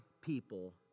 people